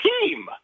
team